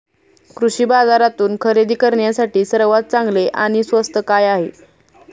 कृषी बाजारातून खरेदी करण्यासाठी सर्वात चांगले आणि स्वस्त काय आहे?